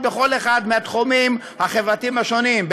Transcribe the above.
בכל אחד מהתחומים החברתיים השונים,